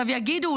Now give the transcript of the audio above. יגידו,